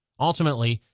ultimately,